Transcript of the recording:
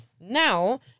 Now